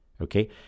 Okay